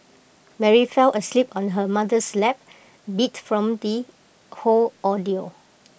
Mary fell asleep on her mother's lap beat from the whole ordeal